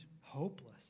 hopeless